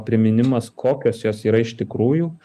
priminimas kokios jos yra iš tikrųjų